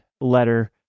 letter